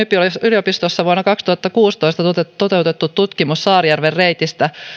yliopistossa vuonna kaksituhattakuusitoista toteutettu tutkimus saarijärven reitistä